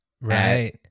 Right